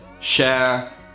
share